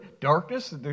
Darkness